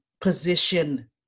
position